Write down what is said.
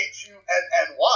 H-U-N-N-Y